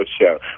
show